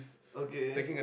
okay